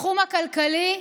בתחום הכלכלי,